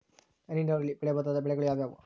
ಹನಿ ನೇರಾವರಿಯಲ್ಲಿ ಬೆಳೆಯಬಹುದಾದ ಬೆಳೆಗಳು ಯಾವುವು?